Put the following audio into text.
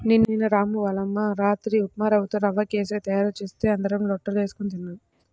నిన్న రాము వాళ్ళ అమ్మ రాత్రి ఉప్మారవ్వతో రవ్వ కేశరి తయారు చేస్తే అందరం లొట్టలేస్కొని తిన్నాం